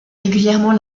régulièrement